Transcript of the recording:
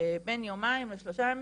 בין יומיים לשלושה ימים,